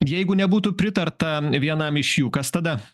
jeigu nebūtų pritarta vienam iš jų kas tada